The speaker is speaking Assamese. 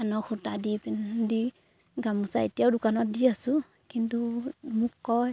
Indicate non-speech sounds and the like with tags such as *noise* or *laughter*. আনক সূতা দি *unintelligible* দি গামোচা এতিয়াও দোকানত দি আছোঁ কিন্তু মোক কয়